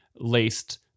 laced